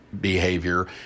Behavior